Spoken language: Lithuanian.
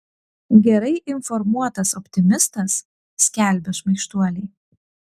gerai informuotas optimistas skelbia šmaikštuoliai